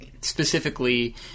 specifically